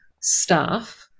staff